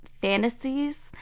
fantasies